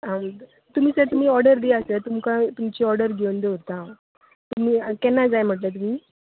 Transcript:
तुमी सर तुमी ऑर्डर दियात सर तुमकां तुमची ऑर्डर घेवन दवरतां हांव तुमी केन्ना जाय म्हटलें तुमी